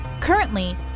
Currently